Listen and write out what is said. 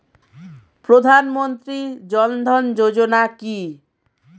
প্রধানমন্ত্রী জনধন যোজনা কি?